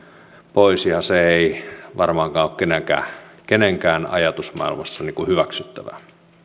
pois ja se ei varmaankaan ole kenenkään kenenkään ajatusmaailmassa hyväksyttävää